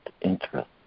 interest